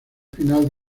final